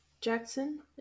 jackson